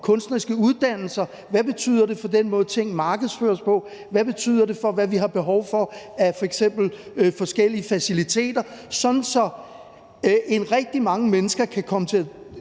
kunstneriske uddannelser, hvad det betyder for den måde, ting markedsføres på, hvad det betyder for, hvad vi har behov for af f.eks. forskellige faciliteter – sådan at rigtig mange mennesker kan komme til at